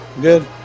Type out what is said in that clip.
Good